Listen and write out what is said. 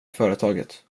företaget